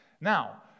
Now